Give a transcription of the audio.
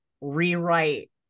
rewrite